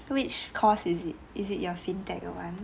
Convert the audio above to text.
which course is it is it your fintech [one]